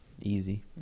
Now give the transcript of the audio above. easy